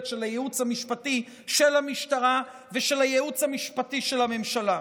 של הייעוץ המשפטי של המשטרה ושל הייעוץ המשפטי של הממשלה.